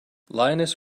lioness